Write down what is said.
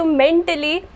mentally